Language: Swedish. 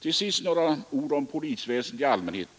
Till sist några ord om polisväsendet i allmänhet.